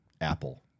Apple